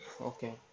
Okay